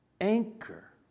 anchor